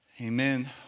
Amen